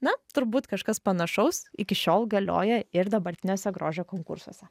na turbūt kažkas panašaus iki šiol galioja ir dabartiniuose grožio konkursuose